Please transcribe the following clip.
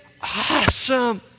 awesome